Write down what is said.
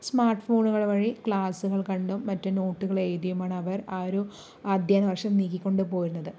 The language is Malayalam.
സ്മാർട്ട് ഫോണുകൾ വഴി ക്ലാസ്സുകൾ കണ്ടും മറ്റ് നോട്ടുകളെഴുതിയുമാണവർ ആ ഒരു അദ്ധ്യയന വർഷം നീക്കിക്കൊണ്ട് പോയിരുന്നത്